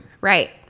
right